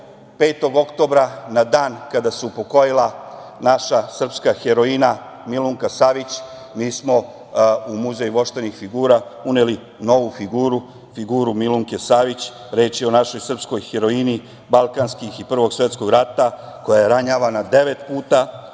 5. oktobra, na dan kada se upokojila naša srpska heroina Milunka Savić, mi smo u Muzej voštanih figura uneli novu figuru, figuru Milunke Savić. Reč je o našoj srpskoj heroini, balkanskih i Prvog svetskog rata, koja je ranjavana devet puta,